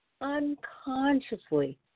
unconsciously